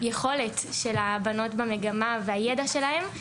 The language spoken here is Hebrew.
והיכולת של הבנות במגמה והידע שלהן,